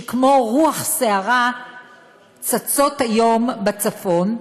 שכמו רוח סערה צצות היום בצפון,